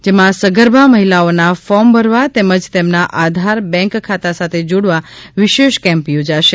જેમાં સગર્ભા મહિલાઓના ફોર્મ ભરવા તેમજ તેમના આધાર બેન્ક ખાતા સાથે જોડવા વિશેષ કેમ્પ યોજાશે